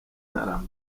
ntarama